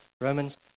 Romans